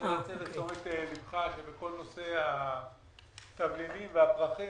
רוצה להסב את תשומת ליבך שבכל נושא התבלינים והפרחים